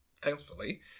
thankfully